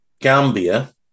Gambia